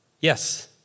Yes